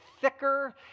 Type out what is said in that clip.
thicker